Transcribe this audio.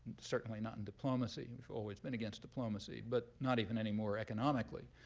certainly not in diplomacy. we've always been against diplomacy, but not even anymore economically.